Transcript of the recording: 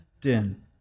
den